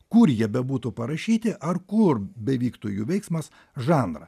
kur jie bebūtų parašyti ar kur bevyktų jų veiksmas žanrą